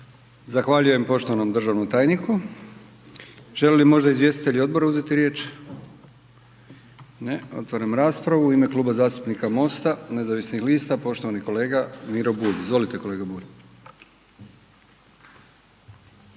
Zahvaljujem poštovanom državnom tajniku. Žele li možda izvjestitelji odbora uzeti riječ? Ne. Otvaram raspravu. U ime Kluba zastupnika MOST-a, nezavisnih lista poštovani kolega Miro Bulj. Izvolite kolega Bulj.